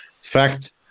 fact